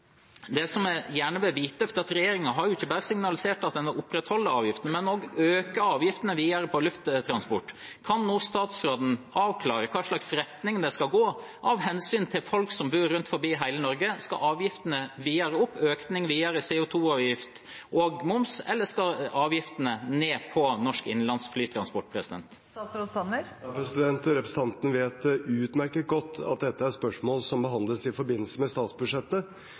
har jo ikke bare signalisert at de vil opprettholde avgiftene, de vil også øke avgiftene på lufttransport videre. Kan statsråden nå avklare i hvilken retning det skal gå, av hensyn til folk som bor rundt om i hele Norge? Skal avgiftene videre opp? Skal CO2-avgift og moms økes? Eller skal avgiftene på norsk innenlands flytransport ned? Representanten vet utmerket godt at dette er spørsmål som behandles i forbindelse med statsbudsjettet.